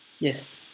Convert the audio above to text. yes